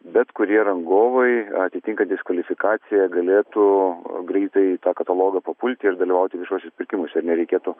bet kurie rangovai atitinkantys kvalifikaciją galėtų greitai į tą katalogą papulti ir dalyvauti viešuosiuos pirkimuose nereikėtų